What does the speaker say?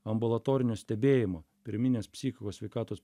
ambulatorinio stebėjimo pirminės psichikos sveikatos